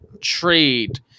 trade